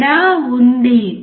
తేడా ఉంది